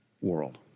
world